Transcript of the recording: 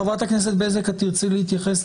חברת הכנסת בזק, תרצי להתייחס?